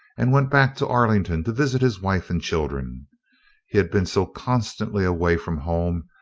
and went back to arlington to visit his wife and children. he had been so constantly away from home,